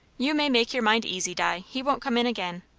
you may make your mind easy, di he won't come in again.